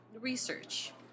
research